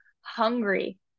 hungry